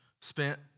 Spent